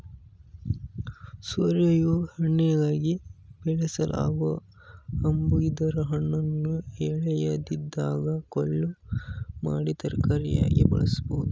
ಸೋರೆಯು ಹಣ್ಣಿಗಾಗಿ ಬೆಳೆಸಲಾಗೊ ಹಂಬು ಇದರ ಹಣ್ಣನ್ನು ಎಳೆಯದಿದ್ದಾಗ ಕೊಯ್ಲು ಮಾಡಿ ತರಕಾರಿಯಾಗಿ ಬಳಸ್ಬೋದು